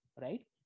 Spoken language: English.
right